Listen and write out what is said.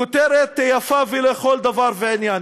כותרת יפה לכל דבר ועניין.